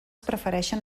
prefereixen